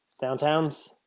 Downtown's